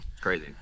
Crazy